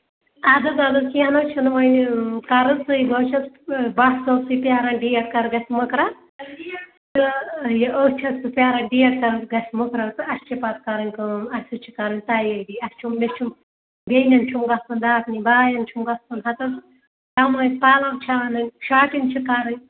اَدٕ حظ اَدٕ حظ کیٚنٛہہ نہٕ حظ چھُنہٕ وۅنۍ کَر حظ بہٕ حظ چھَس بَٹ صٲبصٕے پیارَن ڈیٹ کَر گژھِ مُکرر تہٕ یہِ أتھۍ چھَس بہٕ پیارَن ڈیٹ کَر گژھِ مُکرر تہٕ اَسہِ چھِ پَتہٕ کَرٕنۍ کٲم اَسہِ حظ چھِ کَرٕنۍ تَیٲری اَسہِ چھُ مےٚ چھُم بیٚنٮ۪ن چھُم گژھُن دَپنہِ بایَن چھُم گژھُن ہَتہٕ حظ تَمٲژ پَلو چھ اَنٕنۍ شاپِنٛگ چھِ کَرٕنۍ